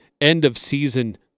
end-of-season